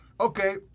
Okay